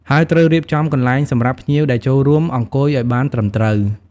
ហើយត្រូវរៀបចំំកន្លែងសម្រាប់ភ្ញៀវដែលចូលរួម អង្គុយអោយបានត្រឹមត្រូវ។